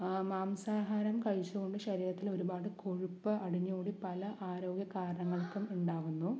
മാംസാഹാരം കഴിച്ചുകൊണ്ട് ശരീരത്തിൽ ഒരുപാട് കൊഴുപ്പ് അടിഞ്ഞു കൂടി പല ആരോഗ്യ കാരണങ്ങൾക്കും ഉണ്ടാകുന്നു